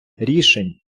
рішень